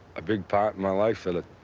a big part in my life that